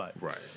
Right